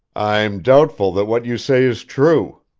i'm doubtful that what you say is true.